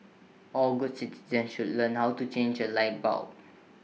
all good citizens should learn how to change A light bulb